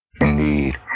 Indeed